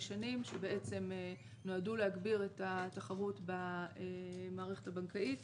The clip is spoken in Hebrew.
שנים שנועדו להגביר את התחרות במערכת הבנקאית,